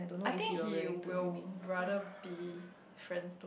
I think he will rather be friends though